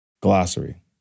glossary